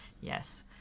yes